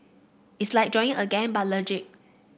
it's like joining a gang but legit